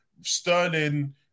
Sterling